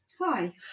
Hi